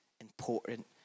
important